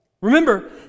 Remember